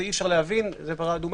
אי-אפשר להבין את זה זו פרה אדומה.